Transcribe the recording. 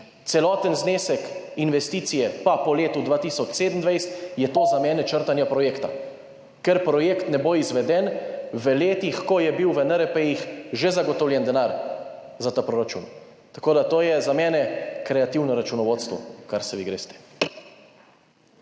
celoten znesek investicije pa po letu 2027, je to za mene črtanje projekta. Ker projekt ne bo izveden v letih, ko je bil v NRP-jih že zagotovljen denar za ta proračun. Tako da to je za mene kreativno računovodstvo, kar se vi greste.